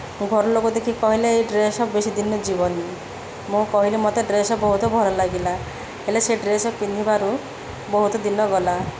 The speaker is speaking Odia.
ମୋ ଘରଲୋକ ଦେଖି କହିଲେ ଏ ଡ୍ରେସ୍ ବେଶୀ ଦିନ ଯିବନି ମୁଁ କହିଲେ ମୋତେ ଡ୍ରେସ୍ ବହୁତ ଭଲ ଲାଗିଲା ହେଲେ ସେ ଡ୍ରେସ୍ ପିନ୍ଧିବାରୁ ବହୁତ ଦିନ ଗଲା